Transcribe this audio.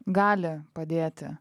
gali padėti